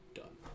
done